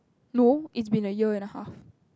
no it's been a year and a half